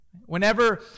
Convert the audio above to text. Whenever